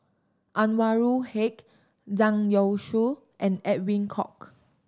Anwarul Haque Zhang Youshuo and Edwin Koek